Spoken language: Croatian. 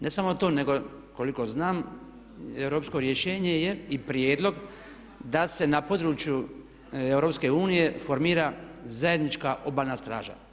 Ne samo to nego koliko znam europsko rješenje je i prijedlog da se na području EU formira zajednička Obalna straža.